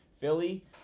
Philly